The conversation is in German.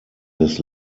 des